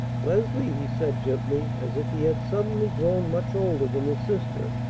leslie, he said gently, as if he had suddenly grown much older than his sister,